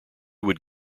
would